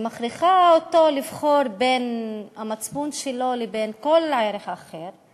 ומכריחה אותו לבחור בין המצפון שלו לבין כל ערך אחר,